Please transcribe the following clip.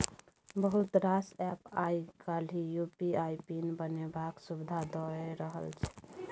बहुत रास एप्प आइ काल्हि यु.पी.आइ पिन बनेबाक सुविधा दए रहल छै